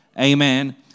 amen